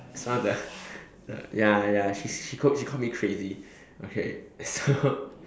some of the the ya ya she she called she called me crazy okay so